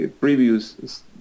previous